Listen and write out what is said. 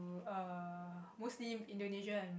err mostly Indonesia and